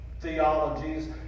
theologies